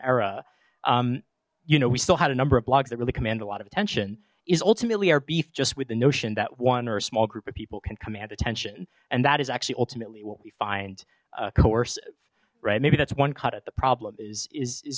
era you know we still had a number of blogs that really command a lot of attention is ultimately our beef just with the notion that one or a small group of people can command attention and that is actually ultimately what we find coercive right maybe that's one cut out the problem is is is